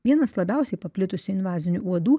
vienas labiausiai paplitusių invazinių uodų